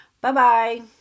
Bye-bye